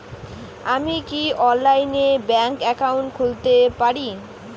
আমি কি অনলাইনে ব্যাংক একাউন্ট খুলতে পারি?